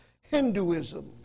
Hinduism